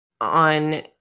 on